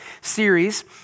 series